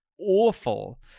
awful